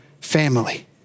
family